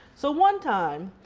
so one time,